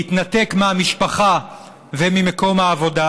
להתנתק מהמשפחה וממקום העבודה,